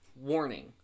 Warning